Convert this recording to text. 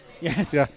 Yes